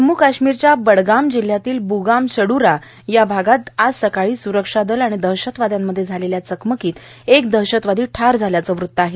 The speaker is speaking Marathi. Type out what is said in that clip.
जम्मू काश्मीरच्या बडगाम जिल्ह्यातल्या ब्गाम चड्ररा भागात आज सकाळी स्रक्षा दल आणि दहशतवादयांमध्ये झालेल्या चकमकीत एक दहशतवादी ठार झाल्याचं वृत्त आहे